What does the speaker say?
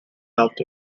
doubt